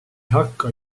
hakka